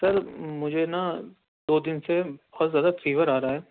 سر مجھے نا دو دن سے بہت زیادہ فیور آ رہا ہے